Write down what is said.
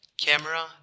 camera